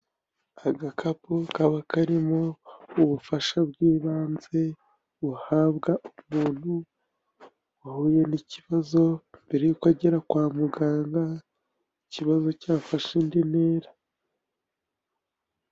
Agakapu kaba karimo ubufasha bw'ibanze buhabwa umuntu wahuye n'ikibazo mbere y'uko agera kwa muganga, ikibazo cyafashe indi ntera.